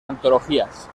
antologías